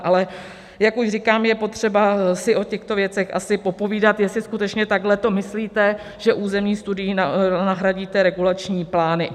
Ale jak už říkám, je potřeba si o těchto věcech asi popovídat, jestli skutečně takhle to myslíte, že územní studií nahradíte regulační plány.